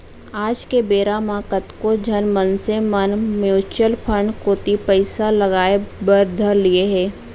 आज के बेरा म कतको झन मनसे मन म्युचुअल फंड कोती पइसा लगाय बर धर लिये हें